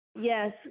Yes